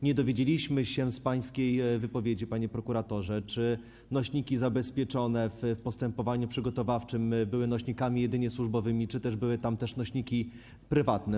Nie dowiedzieliśmy się z pańskiej wypowiedzi, panie prokuratorze, czy nośniki zabezpieczone w postępowaniu przygotowawczym były jedynie nośnikami służbowymi, czy były tam też nośniki prywatne.